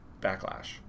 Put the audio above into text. backlash